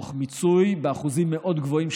תוך מיצוי של התקציב באחוזים מאוד גבוהים,